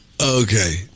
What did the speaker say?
Okay